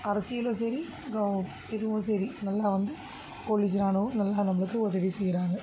அரசியலும் சரி க இதுவும் சரி நல்லா வந்து போலீஸ் ராணுவம் நல்லா நம்மளுக்கு உதவி செய்யறாங்க